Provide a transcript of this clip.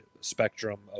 spectrum